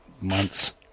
months